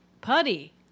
Putty